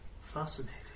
Fascinating